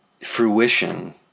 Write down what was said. fruition